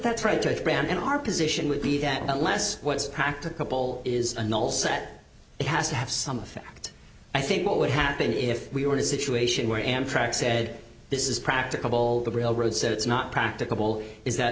cram in our position would be that unless what's practicable is a null set it has to have some effect i think what would happen if we were in a situation where amtrak said this is practicable the railroad said it's not practicable is that